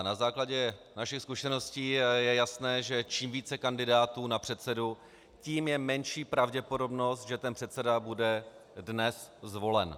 Na základě našich zkušeností je jasné, že čím více kandidátů na předsedu, tím menší je pravděpodobnost, že ten předseda bude dnes zvolen.